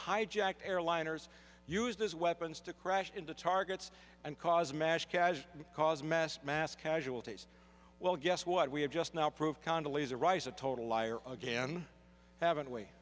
hijacked airliners used as weapons to crash into targets and cause mass casualties cause mass mass casualties well guess what we have just now proved connelly's arise a total liar again haven't we